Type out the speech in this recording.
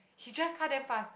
he drive car damn fast